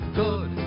good